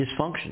dysfunction